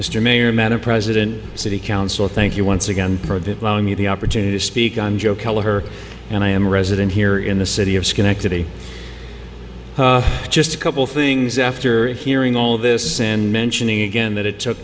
mr mayor madam president city council thank you once again for the loan you the opportunity to speak on joe keller and i am a resident here in the city of schenectady just a couple things after hearing all this and mentioning again that it took